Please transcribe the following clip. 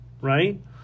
right